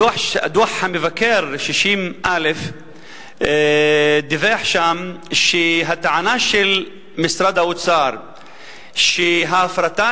דוח המבקר 60א דיווח שהטענה של משרד האוצר שההפרטה